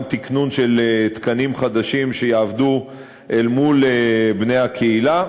גם תִקנון של תקנים חדשים שיעבדו אל מול בני הקהילה.